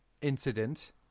incident